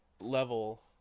level